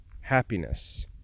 happiness